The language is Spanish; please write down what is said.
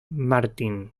martín